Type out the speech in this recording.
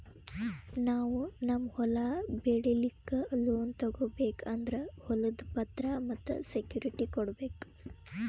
ನಾವ್ ನಮ್ ಹೊಲ ಬೆಳಿಲಿಕ್ಕ್ ಲೋನ್ ತಗೋಬೇಕ್ ಅಂದ್ರ ಹೊಲದ್ ಪತ್ರ ಮತ್ತ್ ಸೆಕ್ಯೂರಿಟಿ ಕೊಡ್ಬೇಕ್